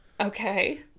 Okay